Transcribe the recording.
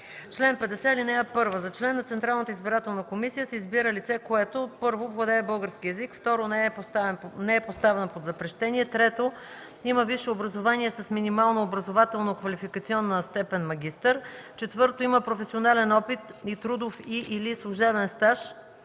„Чл. 50 (1) За член на Централната избирателна комисия се избира лице, което: 1. владее български език; 2. не е поставено под запрещение; 3. има висше образование с минимална образователно-квалификационна степен „магистър”; 4. има професионален опит и трудов и/или служебен стаж